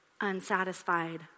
unsatisfied